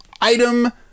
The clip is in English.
item